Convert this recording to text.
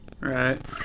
Right